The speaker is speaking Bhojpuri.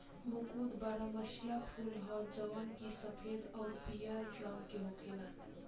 कुमुद बारहमसीया फूल ह जवन की सफेद अउरी पियर रंग के होखेला